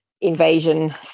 invasion